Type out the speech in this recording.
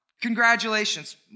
Congratulations